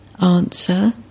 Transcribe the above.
Answer